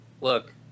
look